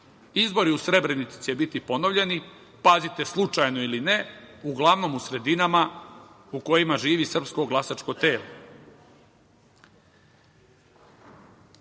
Izbori u Srebrenici će biti ponovljeni, pazite, slučajno ili ne, uglavnom u sredinama u kojima živi srpsko glasačko telo.S